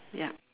yup